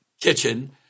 kitchen